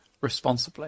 responsibly